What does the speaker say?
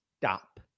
Stop